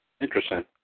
Interesting